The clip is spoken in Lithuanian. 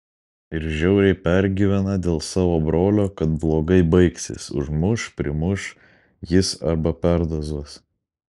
ir žiauriai pergyvena dėl savo brolio kad blogai baigsis užmuš primuš jis arba perdozuos